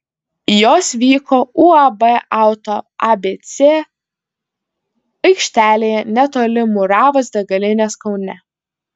jos vyko uab auto abc aikštelėje netoli muravos degalinės kaune